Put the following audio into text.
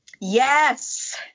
Yes